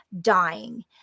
dying